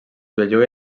belluga